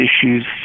issues